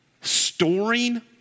storing